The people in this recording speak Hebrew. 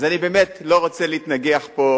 אז אני באמת לא רוצה להתנגח פה,